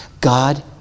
God